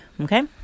Okay